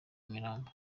nyamirambo